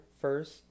first